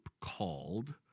called